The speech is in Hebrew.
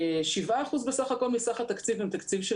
7% אחוז בסך הכל מסך התקציב זה תקציב של